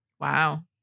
Wow